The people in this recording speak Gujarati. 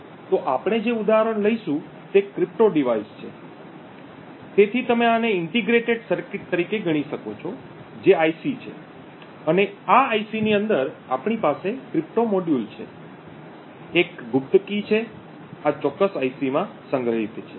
તો આપણે જે ઉદાહરણ લઈશું તે ક્રિપ્ટો ડિવાઇસ છે તેથી તમે આને ઇન્ટિગ્રેટેડ સર્કિટ તરીકે ગણી શકો છો જે આઈસી છે અને આ આઈસી ની અંદર આપણી પાસે ક્રિપ્ટો મોડ્યુલ છે એક ગુપ્ત કી જે આ ચોક્કસ આઈસી માં સંગ્રહિત છે